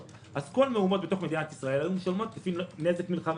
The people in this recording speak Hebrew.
אז כל מהומות בתוך מדינת ישראל היו משולמות לפי נזק מלחמה.